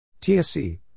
TSC